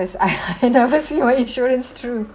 I never see my insurance through